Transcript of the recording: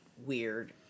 weird